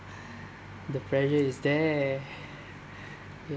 the pressure is there